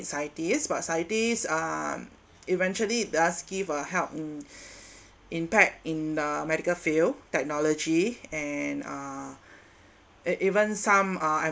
ideas but scientists are eventually does give a help um impact in the medical field technology and uh and even some uh